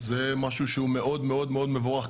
זה משהו שהוא מאוד מאוד מאוד מבורך.